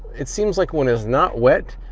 it seems like when it's not wet,